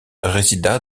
résida